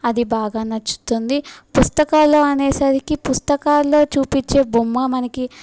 అది బాగా నచ్చుతుంది పుస్తకాలలో అనేసరికి పుస్తకాలలో చూపించే బొమ్మ మనకి